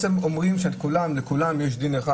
אומרים שלכולם יש דין אחד,